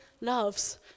loves